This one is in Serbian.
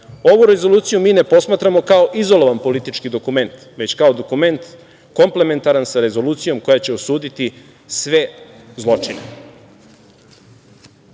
Ovu rezoluciju mi ne posmatramo kao izolovan politički dokument, već kao dokument komplementaran sa rezolucijom koja će osuditi sve zločine. Ne